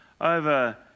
Over